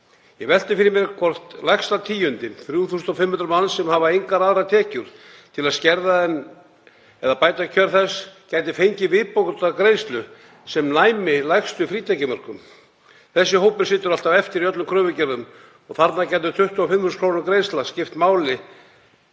Ég velti fyrir mér hvort lægsta tíundin, 3.500 manns, sem hefur engar aðrar tekjur til að skerða eða bæta kjör þess, gæti fengið viðbótargreiðslu sem næmi lægstu frítekjumörkum. Þessi hópur situr alltaf eftir í öllum kröfugerðum og þarna gæti 25.000 kr. greiðsla skipt máli